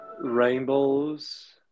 rainbows